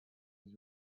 his